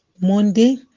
Monday